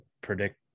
predict